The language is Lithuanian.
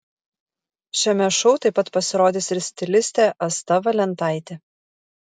šiame šou taip pat pasirodys ir stilistė asta valentaitė